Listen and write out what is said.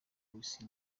w’isi